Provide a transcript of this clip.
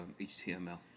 HTML